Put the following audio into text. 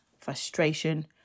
frustration